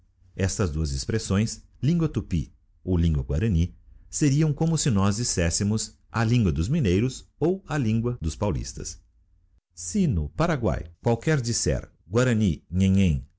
estas duas expressões lingua tupy ou lingua guarany seriam como se nós disséssemos a lingua dos mineiros ou a lingua dos paulistas se no paraguay qualquer disser guarany